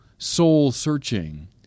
soul-searching